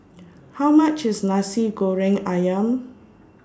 How much IS Nasi Goreng Ayam